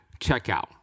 checkout